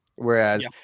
Whereas